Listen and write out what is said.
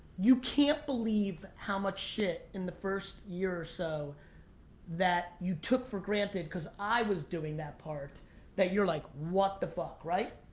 you can't believe how much shit in the first year or so that you took for granted cause i was doing that part that you were like what the fuck, right?